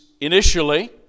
initially